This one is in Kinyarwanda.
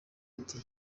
ati